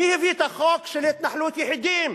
מי הביא את החוק של התנחלות יחידים?